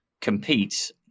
compete